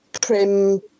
prim